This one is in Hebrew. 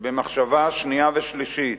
שבמחשבה שנייה ושלישית,